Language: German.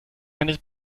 eines